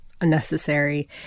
unnecessary